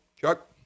Chuck